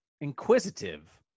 inquisitive